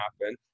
happen